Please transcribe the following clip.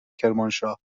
کرمانشاه